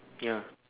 ya